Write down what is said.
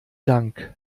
dank